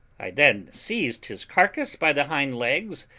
i then seized his carcase by the hind-legs,